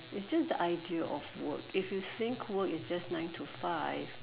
it's just the idea of work if you think work is just nine to five